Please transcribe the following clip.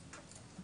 אז אני חושבת,